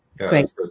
Great